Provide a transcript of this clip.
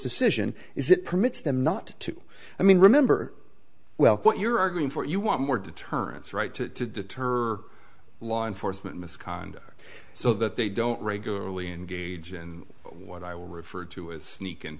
decision is it permits them not to i mean remember well what you're arguing for you want more deterrence right to deter law enforcement misconduct so that they don't regularly engage in what i will refer to as sneak